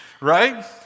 Right